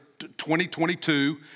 2022